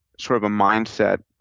sort of a mindset